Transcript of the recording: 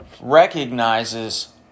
recognizes